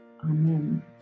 Amen